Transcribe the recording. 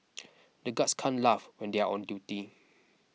the guards can't laugh when they are on duty